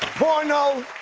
porno.